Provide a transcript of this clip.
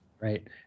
Right